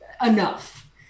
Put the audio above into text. enough